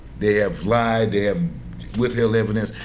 they have lied, they have withheld evidence.